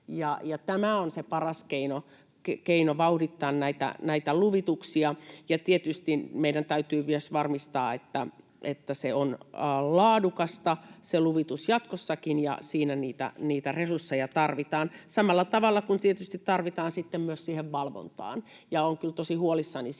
Tämä on se paras keino vauhdittaa näitä luvituksia. Tietysti meidän täytyy myös varmistaa, että luvitus on laadukasta jatkossakin, ja siinä niitä resursseja tarvitaan samalla tavalla kuin tietysti tarvitaan sitten myös valvontaan. Ja olen kyllä tosi huolissani siitä,